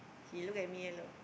he look at me eh look